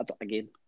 again